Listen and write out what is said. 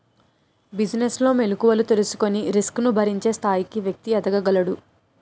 business లో మెలుకువలు తెలుసుకొని రిస్క్ ను భరించే స్థాయికి వ్యక్తి ఎదగగలడు